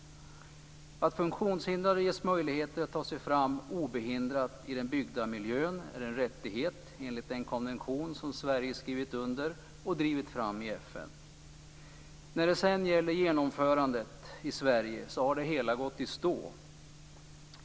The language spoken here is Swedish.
Att funktionshindrade ges möjligheter att ta sig fram obehindrat i den byggda miljön är en rättighet enligt den konvention som Sverige har skrivit under och drivit fram i FN. När det sedan gäller genomförandet i Sverige har det hela gått i stå.